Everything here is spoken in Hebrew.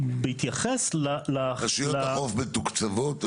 רשויות החוף מתוקצבות?